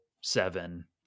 seven